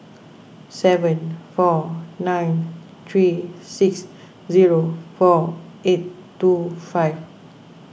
seven four nine three six zero four eight two five